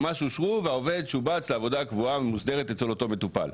ממש אושרו והעובד שובץ לעבודה קבועה מוסדרת אצל אותו מטופל.